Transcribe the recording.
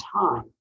time